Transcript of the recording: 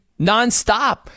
nonstop